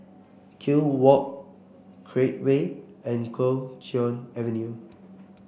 Kew Walk Create Way and Kuo Chuan Avenue